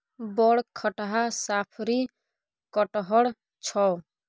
बड़ खटहा साफरी कटहड़ छौ